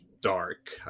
Dark